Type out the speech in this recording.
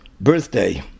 birthday